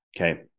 Okay